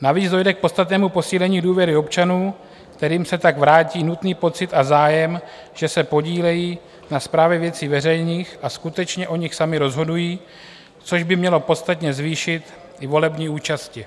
Navíc dojde k podstatnému posílení důvěry občanů, kterým se tak vrátí nutný pocit a zájem, že se podílejí na správě věcí veřejných a skutečně o nich sami rozhodují, což by mělo podstatně zvýšit i volební účast.